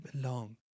belong